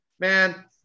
man